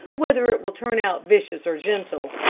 whether it will turn out vicious or gentle.